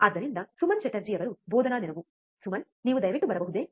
ಆದ್ದರಿಂದ ಸುಮನ್ ಚಟರ್ಜಿ ಅವರು ಬೋಧನಾ ನೆರವು ಸುಮನ್ ನೀವು ದಯವಿಟ್ಟು ಬರಬಹುದೇ